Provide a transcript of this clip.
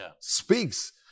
speaks